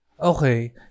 Okay